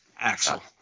Axel